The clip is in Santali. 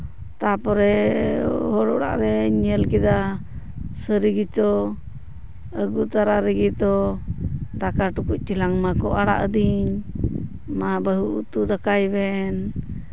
ᱛᱟᱨᱯᱚᱨᱮ ᱦᱚᱲ ᱚᱲᱟᱜ ᱨᱤᱧ ᱧᱮᱞ ᱠᱮᱫᱟ ᱥᱟᱹᱨᱤ ᱜᱮᱛᱚ ᱟᱹᱜᱩ ᱛᱟᱨᱟ ᱨᱮᱜᱮ ᱛᱚ ᱫᱟᱠᱟ ᱴᱩᱠᱩᱡ ᱪᱮᱞᱟᱝ ᱢᱟᱠᱚ ᱟᱲᱟᱜ ᱟᱹᱫᱤᱧ ᱢᱟ ᱵᱟᱹᱦᱩ ᱩᱛᱩ ᱫᱟᱠᱟᱭ ᱵᱮᱱ